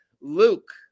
Luke